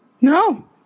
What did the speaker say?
no